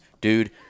dude